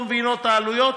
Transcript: לא מבינות את העלויות,